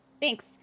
Thanks